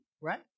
right